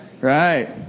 Right